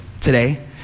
today